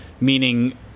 meaning